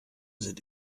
sind